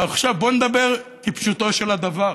עכשיו, בואו נדבר כפשוטו של הדבר.